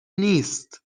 نیست